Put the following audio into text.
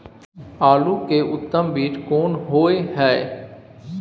आलू के उत्तम बीज कोन होय है?